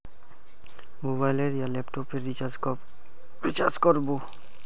Mobile या laptop पेर recharge कर बो?